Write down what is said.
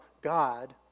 God